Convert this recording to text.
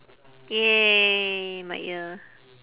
!yay! my ear